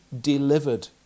delivered